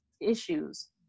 issues